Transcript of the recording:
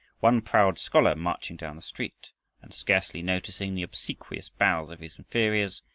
one proud scholar marching down the street and scarcely noticing the obsequious bows of his inferiors,